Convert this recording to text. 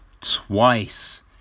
twice